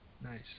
Nice